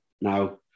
Now